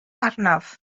arnaf